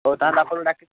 ଆଉ ତା ପାଖରୁ ଡାକି